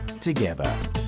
together